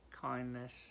kindness